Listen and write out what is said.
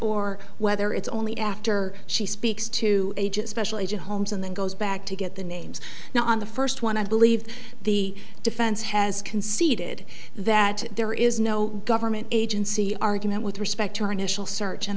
or whether it's only after she speaks to age especially to homes and then goes back to get the names now on the first one i believe the defense has conceded that there is no government agency argument with respect